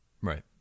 Right